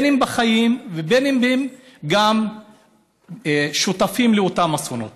בין אם הם בחיים ובין אם הם גם שותפים לאותם אסונות.